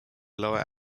lower